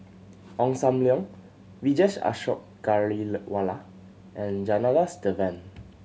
Ong Sam Leong Vijesh Ashok and Janadas Devan